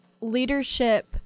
leadership